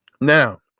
Now